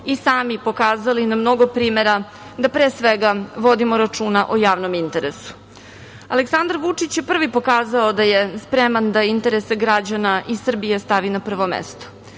i sami pokazali na mnogo primera da, pre svega, vodimo računa o javnom interesu. Aleksandar Vučić je prvi pokazao da je spreman da interese građana i Srbije stavi na prvo mesto,